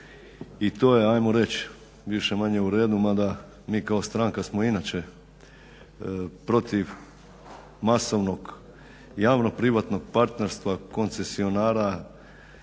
i to je hajmo reći više-manje u redu, mada mi kao stranka smo inače protiv masovnog javnog privatnog partnerstva koncesionara,